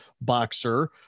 boxer